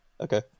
Okay